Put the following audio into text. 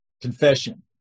confession